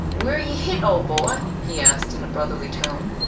where yeh hit, ol' boy? he asked in a brotherly tone.